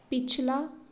ਪਿਛਲਾ